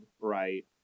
right